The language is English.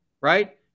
right